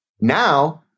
Now